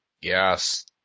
Yes